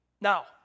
Now